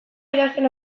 idazten